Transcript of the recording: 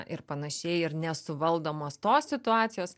ir panašiai ir nesuvaldomos tos situacijos